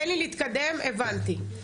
הבנתי.